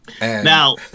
Now